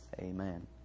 Amen